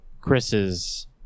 chris's